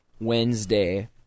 Wednesday